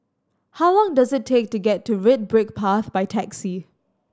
how long does it take to get to Red Brick Path by taxi